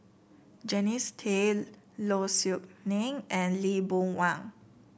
Jannie Tay Low Siew Nghee and Lee Boon Wang